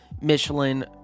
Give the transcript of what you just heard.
michelin